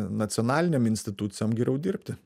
nacionalinėm institucijom geriau dirbti